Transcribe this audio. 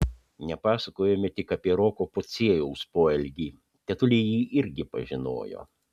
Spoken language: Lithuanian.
nepasakojome tik apie roko pociejaus poelgį tetulė jį irgi pažinojo